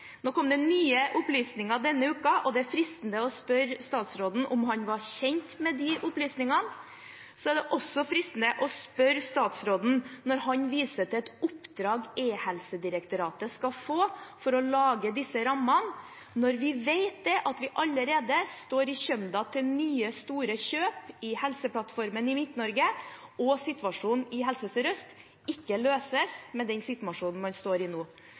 Nå kom det nye opplysninger denne uken, og det er fristende å spørre statsråden om han var kjent med de opplysningene. Så er det også fristende å spørre statsråden, helseministeren – når han viser til et oppdrag Direktoratet for e-helse skal få for å lage disse rammene, når vi vet at vi allerede står i kjømda til å gjøre nye, store kjøp i helseplattformen i Midt-Norge og situasjonen i Helse Sør-Øst ikke løses med den situasjonen man har nå